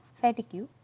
fatigue